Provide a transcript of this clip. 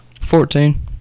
Fourteen